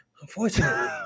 Unfortunately